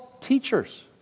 teachers